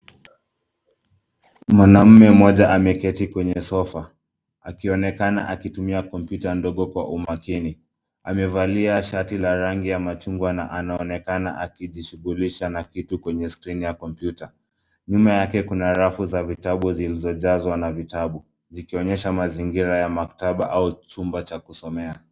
Mwanaume mmoja ameketi kwenye sofa akionekana alitumia kompyuta ndogo kwa umakini. Amevalia shati la rangi ya machungwa na anaonekana akijishughulisha na kitu kwenye skrini ya kompyuta. Nyuma yake kuna rafu za vitabu zilizojazwa na vitabu vikionyesha mazingira ya maktaba au chumba cha kusomea.